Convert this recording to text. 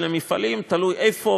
תלוי איפה,